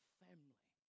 family